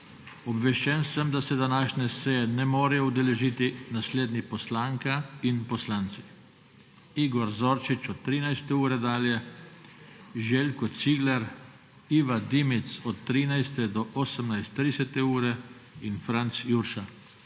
Obveščen sem, da se današnje seje ne morejo udeležiti naslednji poslanka in poslanci: Igor Zorčič od 13. ure dalje, Željko Cigler, Iva Dimic od 13. ure do 18.30 in Franc Jurša.